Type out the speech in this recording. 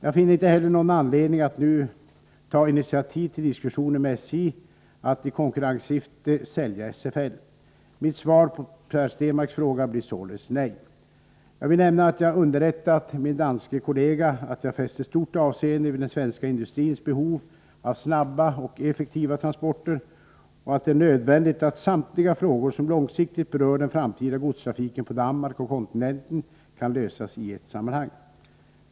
Jag finner inte heller någon anledning att nu ta initiativ till diskussioner med SJ om att i konkurrenssyfte sälja ut Scandinavian Ferry Lines . Mitt svar på Per Stenmarcks fråga blir således nej. Jag vill nämna att jag underrättat min danske kollega att jag fäster stort avseende vid den svenska industrins behov av snabba och effektiva transporter och att det är nödvändigt att samtliga frågor som långsiktigt berör den framtida godstrafiken på Danmark och kontinenten kan lösas i ett sammanhang.